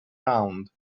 round